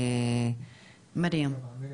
מרים.